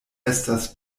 estas